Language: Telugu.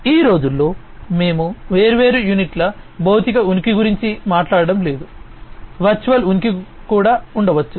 ఈ రోజుల్లో మేము వేర్వేరు యూనిట్ల భౌతిక ఉనికి గురించి మాట్లాడటం లేదు వర్చువల్ ఉనికి కూడా ఉండవచ్చు